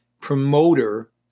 promoter